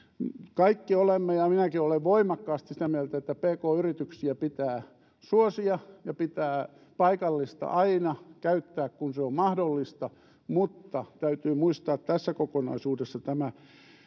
kaikki olemme ja minäkin olen voimakkaasti sitä mieltä että pk yrityksiä pitää suosia ja pitää paikallista käyttää aina kun se on mahdollista mutta täytyy muistaa tässä kokonaisuudessa